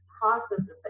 processes